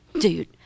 dude